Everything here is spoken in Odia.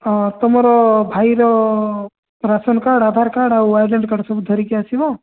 ହଁ ତମର ଭାଇର ରାସନ୍ କାର୍ଡ଼୍ ଆଧାର କାର୍ଡ଼୍ ଆଉ ଆଇଡେଣ୍ଟିଟି କାର୍ଡ଼୍ ସବୁ ଧରିକି ଆସିବ